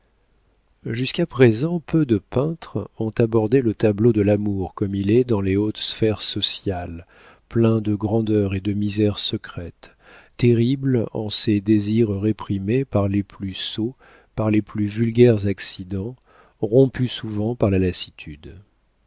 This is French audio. jusqu'à présent peu de peintres ont abordé le tableau de l'amour comme il est dans les hautes sphères sociales plein de grandeurs et de misères secrètes terrible en ses désirs réprimés par les plus sots par les plus vulgaires accidents rompu souvent par la lassitude